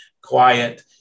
Quiet